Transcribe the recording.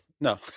no